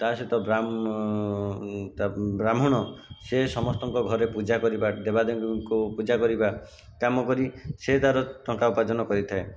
ତା ସହିତ ବ୍ରାହ୍ମଣ ତା' ବ୍ରାହ୍ମଣ ସେ ସମସ୍ତଙ୍କ ଘରେ ପୂଜା କରିବା ଦେବାଦେବୀଙ୍କୁ ପୂଜା କରିବା କାମ କରି ସେ ତାର ଟଙ୍କା ଉପାର୍ଜନ କରିଥାଏ